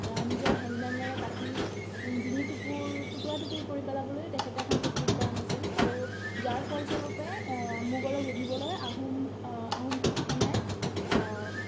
নিজৰ হেংদাঙেৰে কাটি ডিঙি টুকুৰ টুকুৰা টুকুৰ কৰি পেলাবলৈ তেখেতে সংকোচবোধ কৰা নাছিল আৰু যাৰ ফলস্বৰূপে মোগলক ৰুধিবলৈ আহোম আহোম সেনাই